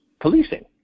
policing